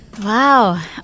Wow